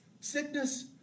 Sickness